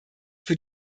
für